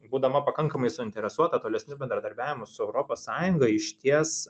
būdama pakankamai suinteresuota tolesniu bendradarbiavimu su europos sąjunga išties